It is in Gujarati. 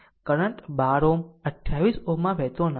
કરંટ 12 Ω 28 Ω માં વહેતો નથી